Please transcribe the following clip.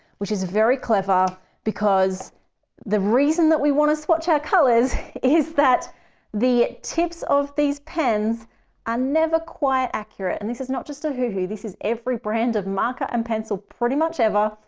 which is very clever because the reason that we want to swatch our colors is that the tips of these pens are never quite accurate. and this is not just ohuhu, this is every brand of marker and pencil pretty much ever.